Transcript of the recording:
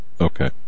okay